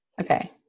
Okay